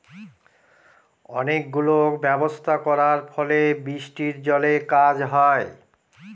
অনেক গুলো ব্যবস্থা করার ফলে বৃষ্টির জলে কাজ হয়